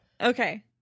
Okay